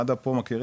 מד"א פה מכירים,